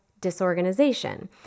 disorganization